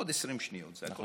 עוד 20 שניות והכול בסדר.